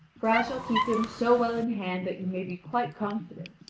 for i shall keep him so well in hand that you may be quite confident.